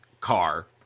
car